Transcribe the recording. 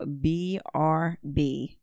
brb